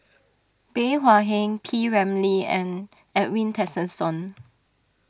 Bey Hua Heng P Ramlee and Edwin Tessensohn